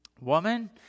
Woman